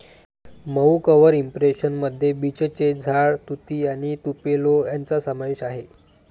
मऊ cover impression मध्ये बीचचे झाड, तुती आणि तुपेलो यांचा समावेश आहे